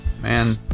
Man